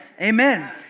Amen